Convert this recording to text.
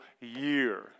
year